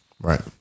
Right